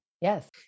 Yes